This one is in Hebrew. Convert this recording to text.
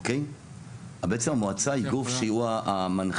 בעצם המועצה היא גוף שהוא המנחה.